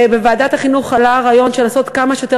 בוועדת החינוך עלה הרעיון של לעשות כמה שיותר